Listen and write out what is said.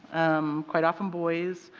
um quite often boys,